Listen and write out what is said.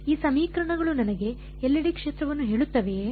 ಈ ಸಮೀಕರಣಗಳು ನನಗೆ ಎಲ್ಲೆಡೆ ಕ್ಷೇತ್ರವನ್ನು ಹೇಳುತ್ತವೆಯೇ